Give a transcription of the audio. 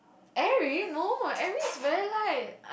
every no every is very like